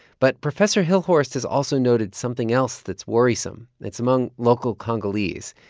but professor hilhorst has also noted something else that's worrisome that's among local congolese.